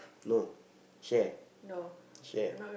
no share share